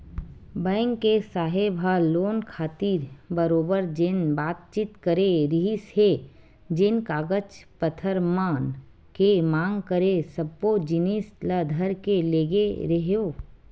bank के साहेब ह लोन खातिर बरोबर जेन बातचीत करे रिहिस हे जेन कागज पतर मन के मांग करे सब्बो जिनिस ल धर के लेगे रेहेंव